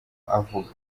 avuga